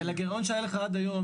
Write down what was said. אבל הגירעון שהיה לך עד היום,